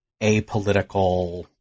apolitical